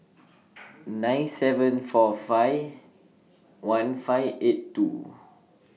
nine seven four five one five eight two